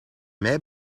mij